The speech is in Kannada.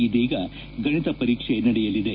ಇದೀಗ ಗಣಿತ ಪರೀಕ್ಷೆ ನಡೆಯಲಿದೆ